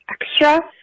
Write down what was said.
extra